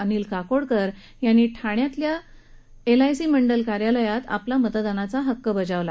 अनिल काकोडकर यांनी ठाण्यातल्या एलआयसी मंडल कार्यालयात आपला मतदानाचा हक्क बजावला